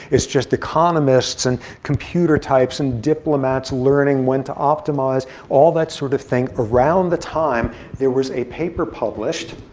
it's just economists and computer types and diplomats learning when to optimize, all that sort of thing. around the time there was a paper published,